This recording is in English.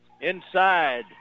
Inside